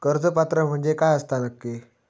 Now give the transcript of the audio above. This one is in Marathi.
कर्ज पात्र म्हणजे काय असता नक्की?